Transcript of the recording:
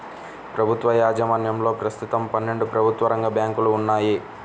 ప్రభుత్వ యాజమాన్యంలో ప్రస్తుతం పన్నెండు ప్రభుత్వ రంగ బ్యాంకులు ఉన్నాయి